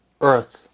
earth